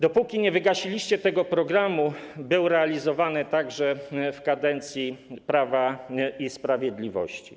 Dopóki nie wygasiliście tego programu, był on realizowany także podczas kadencji Prawa i Sprawiedliwości.